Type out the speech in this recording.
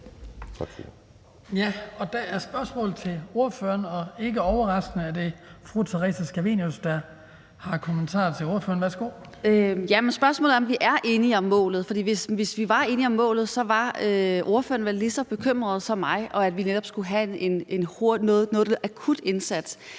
Der er spørgsmål til ordføreren, og ikke overraskende er det fru Theresa Scavenius, der har kommentarer til ordføreren. Værsgo. Kl. 16:07 Theresa Scavenius (UFG): Men spørgsmålet er, om vi er enige om målet. For hvis vi var enige om målet, var ordføreren vel lige så bekymret, som jeg er, så vi netop skulle have en akut indsats.